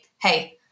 hey